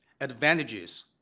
advantages